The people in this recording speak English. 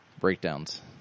breakdowns